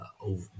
over